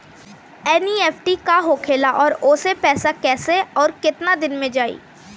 NEFT का होखेला और ओसे पैसा कैसे आउर केतना दिन मे जायी?